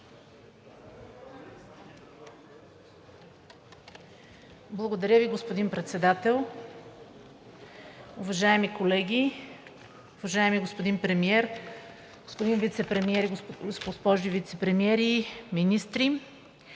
Благодаря Ви, господин Председател. Уважаеми колеги, уважаеми господин Премиер, господин Вицепремиер и госпожи вицепремиери, министри!